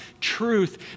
truth